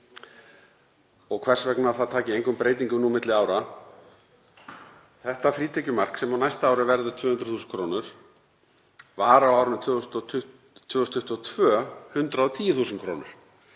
og hvers vegna það taki engum breytingum milli ára. Þetta frítekjumark, sem á næsta ári verður 200.000 kr., var á árinu 2022 110.000 kr.